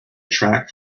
track